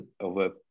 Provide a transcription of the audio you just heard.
over